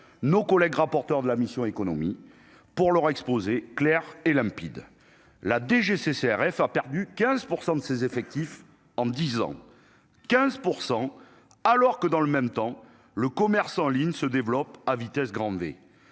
nos collègues, rapporteur de la mission Économie pour leur exposer clair et limpide, la DGCCRF a perdu 15 % de ses effectifs en 10 ans, 15 pour % alors que dans le même temps, le commerce en ligne se développe à vitesse grand V